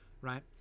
right